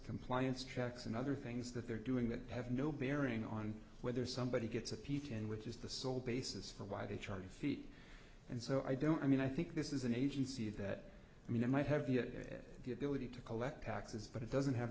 compliance checks and other things that they're doing that have no bearing on whether somebody gets a peek and which is the sole basis for why they charge feet and so i don't i mean i think this is an agency that i mean i might have yet and the ability to collect taxes but it doesn't have